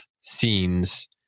scenes